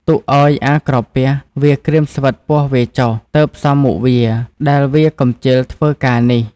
ទុកឲ្យអាក្រពះ វាក្រៀមស្វិតពោះវាចុះទើបសមមុខវា ដែលវាកំជិលធ្វើ ការនេះ ។